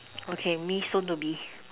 okay me soon to be